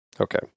Okay